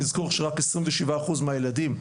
נזכור שרק 27 אחוז מהילדים,